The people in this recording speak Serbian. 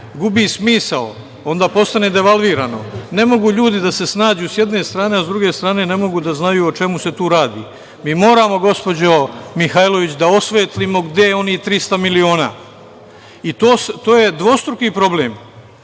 Gubi smisao, a onda postane devalvirano. Ne mogu ljudi da se snađu, s jedne strane, a s druge strane, ne mogu da znaju o čemu se tu radi. Mi moramo, gospođo Mihajlović, da osvetlimo gde je onih 300 miliona. To je dvostruki problem.